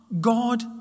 God